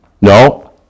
No